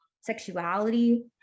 sexuality